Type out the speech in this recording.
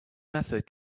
method